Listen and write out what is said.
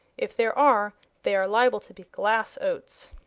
if there are, they are liable to be glass oats!